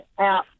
out